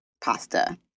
pasta